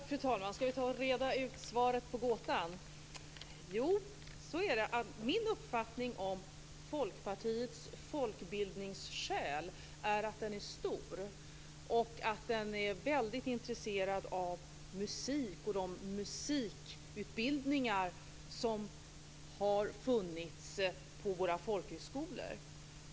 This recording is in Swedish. Fru talman! Skall vi ta och reda ut svaret på gåtan? Jo, min uppfattning om Folkpartiets folkbildningssjäl är att den är stor och att den är mycket intresserad av musik och de musikutbildningar som har funnits på våra folkhögskolor.